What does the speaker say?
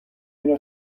اینا